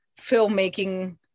filmmaking